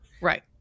Right